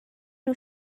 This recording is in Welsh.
nhw